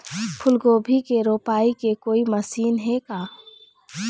फूलगोभी के रोपाई के कोई मशीन हे का?